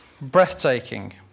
breathtaking